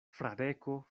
fradeko